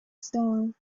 star